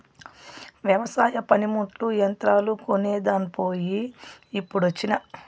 వెవసాయ పనిముట్లు, యంత్రాలు కొనేదాన్ పోయి ఇప్పుడొచ్చినా